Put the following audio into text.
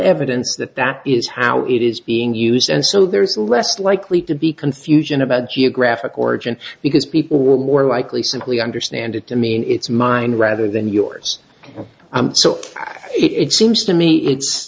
evidence that that is how it is being used and so there is less likely to be confusion about geographic origin because people will more likely simply understand it to mean its mind rather than yours so it seems to me it's